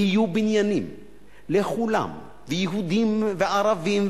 יהיו בניינים לכולם, ויהודים וערבים וחרדים,